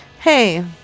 Hey